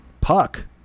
Puck